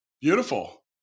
Beautiful